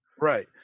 Right